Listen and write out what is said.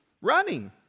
running